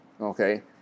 Okay